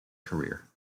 career